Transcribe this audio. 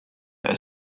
are